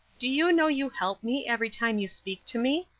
do you know you help me every time you speak to me?